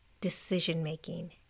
decision-making